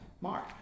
Mark